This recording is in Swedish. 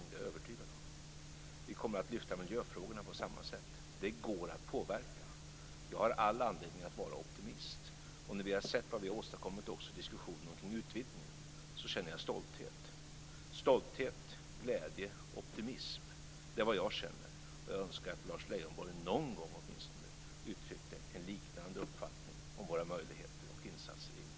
Det är jag övertygad om. Vi kommer att lyfta fram miljöfrågorna på samma sätt. Det går att påverka. Jag har all anledning att vara optimist. När jag ser vad vi har åstadkommit också i diskussionen omkring utvidgningen känner jag stolthet. Stolthet, glädje och optimism är vad jag känner, och jag önskar att Lars Leijonborg åtminstone någon gång uttryckte en liknande uppfattning om våra möjligheter och insatser i EU.